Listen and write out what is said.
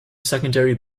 secondary